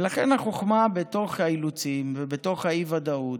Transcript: ולכן החוכמה בתוך האילוצים ובתוך האי-ודאות,